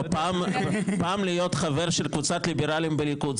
פעם להיות חבר של קבוצת ליברלים בליכוד,